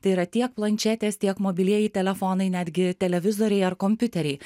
tai yra tiek planšetės tiek mobilieji telefonai netgi televizoriai ar kompiuteriai